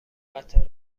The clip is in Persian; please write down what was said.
قطار